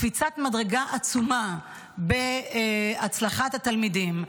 קפיצת מדרגה עצומה בהצלחת התלמידים.